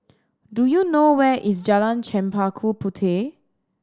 do you know where is Jalan Chempaka Puteh